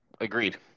agreed